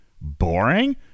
boring